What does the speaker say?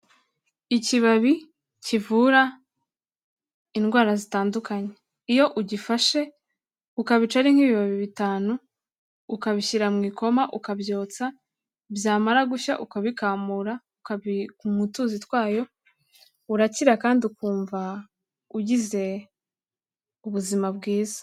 Ikibabi kivura indwara zitandukanye, iyo ugifashe ukabica ari nk'ibibabi bitanu, ukabishyira mu ikoma ukabyotsa, byamara gushya ukabikamura ukabinywa utuzi twayo, urakira kandi ukumva ugize ubuzima bwiza.